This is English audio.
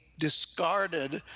discarded